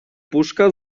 puszka